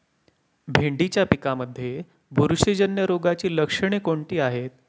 भेंडीच्या पिकांमध्ये बुरशीजन्य रोगाची लक्षणे कोणती आहेत?